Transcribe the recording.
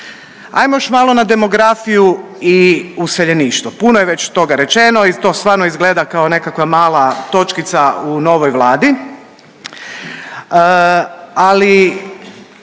Ajmo još malo na demografiju i useljeništvo. Puno je već toga rečeno i to stvarno izgleda kao nekakva mala točkica u novoj Vladi, ali